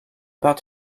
about